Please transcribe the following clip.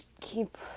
keep